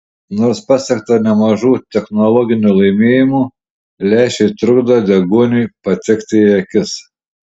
nors pasiekta nemažų technologinių laimėjimų lęšiai trukdo deguoniui patekti į akis